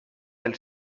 del